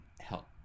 help